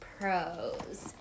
pros